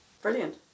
Brilliant